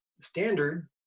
standard